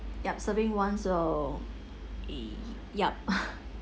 yup serving once or y~ yup